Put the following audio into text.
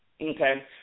okay